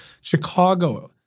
Chicago